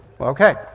okay